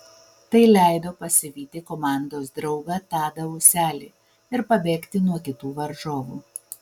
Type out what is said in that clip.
tai leido pasivyti komandos draugą tadą ūselį ir pabėgti nuo kitų varžovų